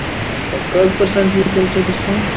اچھا اچھا کٔژ پٔرسَنٹ دِیو تیٚلہِ تُہۍ ڈسکاوُنٛٹ